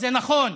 וזה נכון.